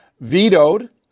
vetoed